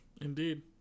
Indeed